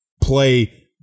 play